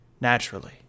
Naturally